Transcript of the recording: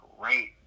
great